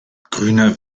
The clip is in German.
grüner